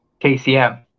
kcm